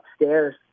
upstairs